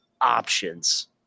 options